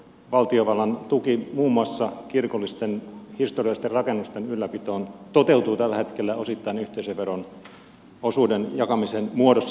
valtiovallan tuki muun muassa kirkollisten historiallisten rakennusten ylläpitoon toteutuu tällä hetkellä osittain yhteisöveron osuuden jakamisen muodossa